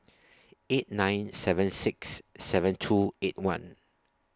eight nine seven six seven two eight one